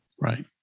Right